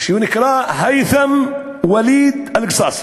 ונקרא הית'ם וליד אלקסס.